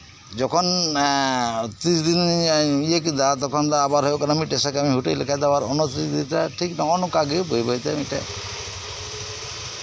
ᱡᱚᱠᱷᱚᱱ ᱛᱤᱨᱤᱥ ᱫᱤᱱᱤᱧ ᱤᱭᱟᱹ ᱠᱮᱫᱟ ᱛᱚᱠᱷᱚᱱ ᱫᱚ ᱟᱵᱟᱨ ᱢᱤᱫᱴᱮᱡ ᱥᱟᱠᱟᱢ ᱦᱮᱴᱣᱮᱡ ᱞᱮᱠᱷᱱ ᱫᱚ ᱱᱚᱜᱼᱚ ᱱᱚᱝᱠᱟ ᱜᱮ ᱟᱫᱚ ᱵᱟᱹᱭᱼᱵᱟᱹᱭ ᱛᱮ ᱟᱫᱚ